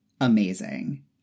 amazing